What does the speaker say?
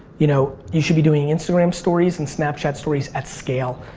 you know you should be doing instagram stories and snapchat stories at scale.